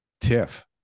tiff